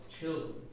children